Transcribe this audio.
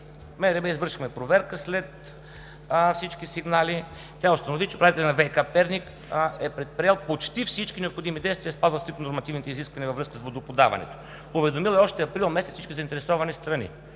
извършихме проверка след всички сигнали. Тя установи, че управителят на ВиК – Перник, е предприел почти всички необходими действия по нормативните изисквания във връзка с водоподаването. Уведомил е още април месец всички заинтересовани страни.